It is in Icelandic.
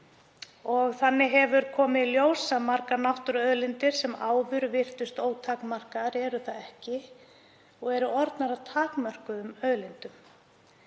Þannig hefur komið í ljós að margar náttúruauðlindir sem áður virtust ótakmarkaðar eru það ekki og eru orðnar að takmörkuðum auðlindum.